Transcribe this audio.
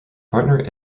partner